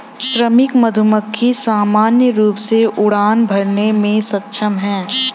श्रमिक मधुमक्खी सामान्य रूप से उड़ान भरने में सक्षम हैं